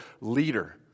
leader